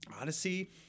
Odyssey